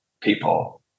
people